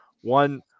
one